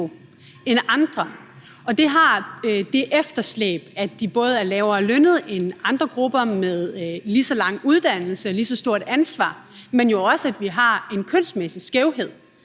end andre, og det har det efterslæb, både at de er lavere lønnet end andre grupper med lige så lang uddannelse og lige så stort ansvar, men jo også at vi har en kønsmæssig skævhed